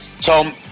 Tom